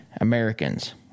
Americans